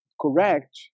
correct